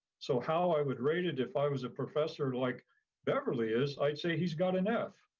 so how i would rate it if i was a professor like beverly is, i'd say he's got an f,